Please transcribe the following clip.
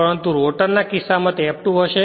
પરંતુ રોટર ના કિસ્સામાં તે F2 હશે